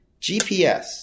GPS